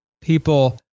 people